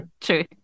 True